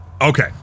Okay